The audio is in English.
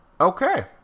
Okay